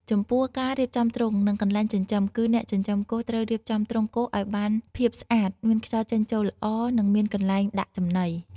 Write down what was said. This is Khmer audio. ចំពោះការរៀបចំទ្រុង និងកន្លែងចិញ្ចឹម គឺអ្នកចិញ្ចឹមគោត្រូវរៀបចំទ្រុងគោឲ្យបានភាពស្អាត មានខ្យល់ចេញចូលល្អ និងមានកន្លែងដាក់ចំណី។